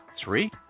Three